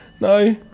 No